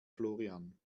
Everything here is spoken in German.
florian